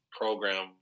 program